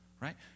Right